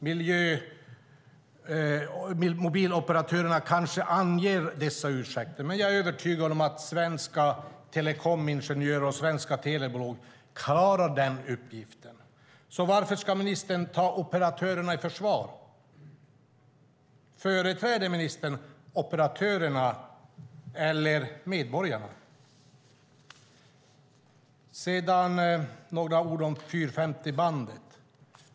Mobiloperatörerna kanske anger dessa ursäkter, men jag är övertygad om att svenska telekomingenjörer och svenska telebolag klarar den uppgiften. Varför ska då ministern ta operatörerna i försvar? Företräder ministern operatörerna eller medborgarna? Sedan vill jag säga några ord om 450-bandet.